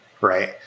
Right